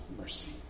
mercy